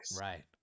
Right